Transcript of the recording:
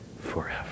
forever